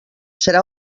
serà